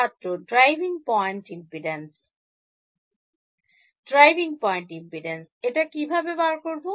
ছাত্র driving point impedance driving point impedance এটা কিভাবে বার করব